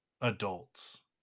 adults